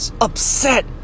upset